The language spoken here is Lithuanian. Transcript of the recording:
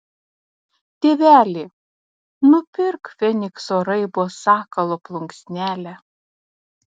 tėveli nupirk fenikso raibo sakalo plunksnelę